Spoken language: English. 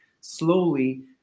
slowly